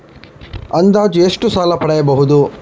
ಅಂದಾಜು ಎಷ್ಟು ಸಾಲ ಪಡೆಯಬಹುದು?